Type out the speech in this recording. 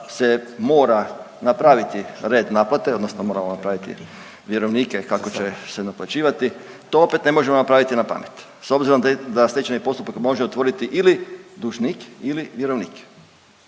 se mora napraviti red naplate, odnosno moramo napraviti vjerovnike kako će se naplaćivati. To opet ne možemo napraviti na pamet. S obzirom da stečajni postupak može otvoriti ili dužnik ili vjerovnik.